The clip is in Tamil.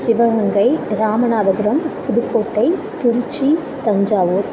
சிவகங்கை ராமநாதபுரம் புதுக்கோட்டை திருச்சி தஞ்சாவூர்